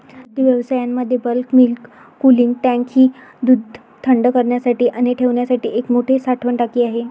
दुग्धव्यवसायामध्ये bulk milk cooling tank ही दूध थंड करण्यासाठी आणि ठेवण्यासाठी एक मोठी साठवण टाकी आहे